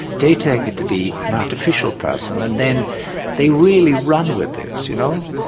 they take it to be an artificial person, and then they really run with this, you know?